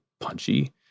punchy